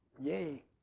Yay